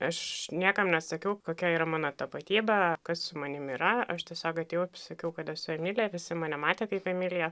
aš niekam nesakiau kokia yra mano tapatybė kas su manim yra aš tiesiog atėjau sakiau kad esu emilija visi mane matė kaip emiliją